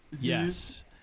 yes